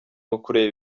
ukureba